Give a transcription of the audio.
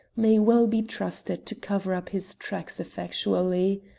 may well be trusted to cover up his tracks effectually.